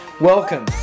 Welcome